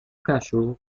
cachorro